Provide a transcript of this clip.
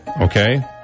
Okay